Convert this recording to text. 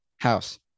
House